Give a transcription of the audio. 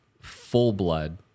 full-blood